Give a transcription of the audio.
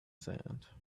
sand